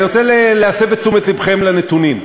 אני רוצה להסב את תשומת לבכם לנתונים.